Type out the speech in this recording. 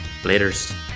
Laters